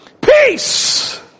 Peace